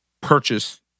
purchase